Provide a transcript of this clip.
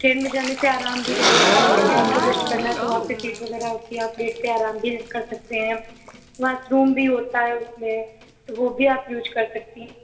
train में जाने से आराम भी रहता है जैसेकि आपको रेस्ट करना है तो वहाँ पर सीट वग़ैरह होती है आप लेटकर आराम भी कर सकते हैं वॉशरूम भी होता है उसमे तो वह भी आप यूज़ कर सकती हैं